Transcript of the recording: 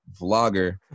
vlogger